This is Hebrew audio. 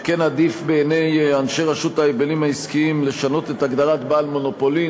עדיף בעיני אנשי הרשות להגבלים עסקיים לשנות את הגבלת בעל מונופולין,